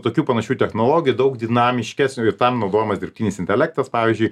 tokių panašių technologijų daug dinamiškesnių ir tam naudojamas dirbtinis intelektas pavyzdžiui